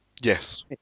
Yes